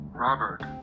Robert